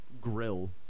grill